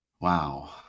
Wow